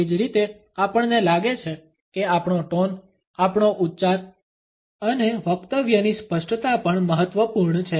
એ જ રીતે આપણને લાગે છે કે આપણો ટોન આપણો ઉચ્ચાર અને વક્તવ્યની સ્પષ્ટતા પણ મહત્વપૂર્ણ છે